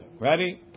Ready